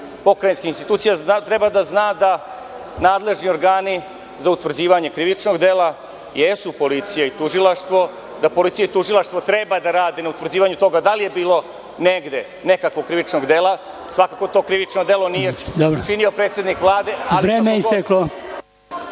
pokrajinskih institucija, treba da zna da nadležni organi za utvrđivanje krivičnog dela jesu policija i tužilaštvo, da policija i tužilaštvo treba da rade na utvrđivanju toga da li je bilo negde nekakvog krivičnog dela. Svakako to krivično delo nije učinio predsednik Vlade, ali kako